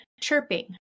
chirping